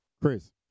chris